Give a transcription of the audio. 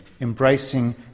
embracing